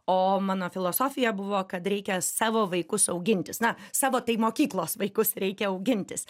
o mano filosofija buvo kad reikia savo vaikus augintis na savo tai mokyklos vaikus reikia augintis